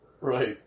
right